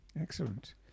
excellent